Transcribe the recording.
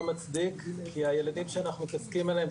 מצדיק כי הילדים שאנחנו מדברים עליהם,